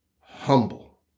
humble